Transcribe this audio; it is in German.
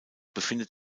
befindet